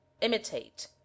imitate